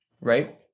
right